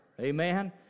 Amen